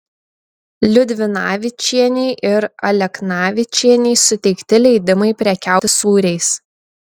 liudvinavičienei ir aleknavičienei suteikti leidimai prekiauti sūriais